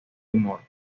humor